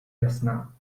jasná